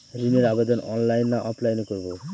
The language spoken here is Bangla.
ঋণের আবেদন অনলাইন না অফলাইনে করব?